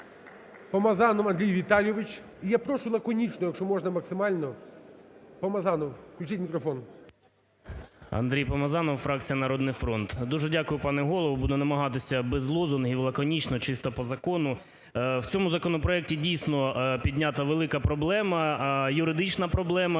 Андрій Помазанов, фракція "Народний фронт". Дуже дякую, пане Голово. Буду намагатися без лозунгів, лаконічно, чисто по закону. В цьому законопроекті, дійсно, піднята велика проблема, юридична проблема.